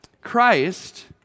Christ